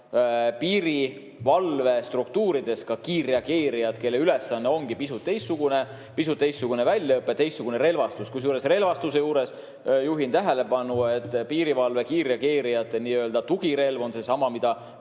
piirivalvestruktuurides ka kiirreageerijad, kelle ülesanne ongi pisut teistsugune, neil on pisut teistsugune väljaõpe ja pisut teistsugune relvastus. Kusjuures relvastuse juures juhin tähelepanu, et piirivalve kiirreageerijate nii-öelda tugirelv on seesama, mida